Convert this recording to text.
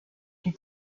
die